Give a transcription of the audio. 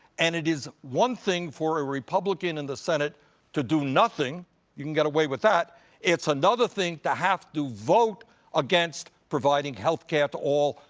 and it is one thing for a republican in the senate to do nothing you can get away with that it's another thing to have to vote against providing healthcare to all,